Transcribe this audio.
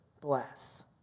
bless